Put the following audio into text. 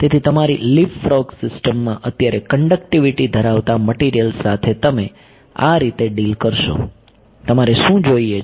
તેથી તમારી લીપફ્રોગ સિસ્ટમમાં અત્યારે કંડકટીવીટી ધરાવતા મટીરીયલ સાથે તમે આ રીતે ડીલ કરશો તમારે શું જોઈએ છે